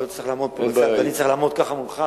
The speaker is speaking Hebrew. ולא תצטרך לעמוד כאן ואני אצטרך לעמוד כך מולך.